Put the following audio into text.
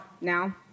now